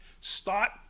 Start